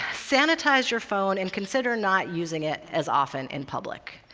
sanitize your phone and consider not using it as often in public.